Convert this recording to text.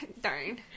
Darn